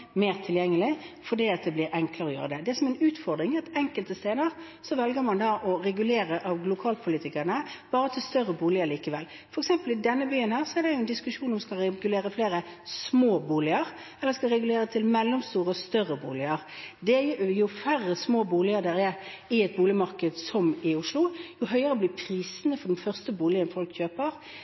fordi det blir enklere å gjøre det. Det som er en utfordring, er at enkelte steder velger lokalpolitikerne å regulere bare til større boliger likevel. For eksempel i denne byen er det en diskusjon om en skal regulere flere små boliger, eller om en skal regulere til mellomstore og større boliger. Jo færre små boliger det er i et boligmarked som i Oslo, jo høyere blir prisene for den første boligen folk kjøper.